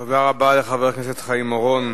תודה רבה לחבר הכנסת חיים אורון.